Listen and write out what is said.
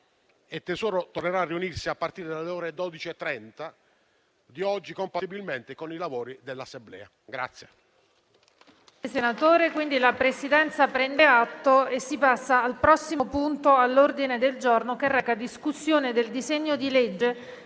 e tesoro tornerà a riunirsi a partire dalle 12,30 di oggi, compatibilmente con i lavori dell'Assemblea.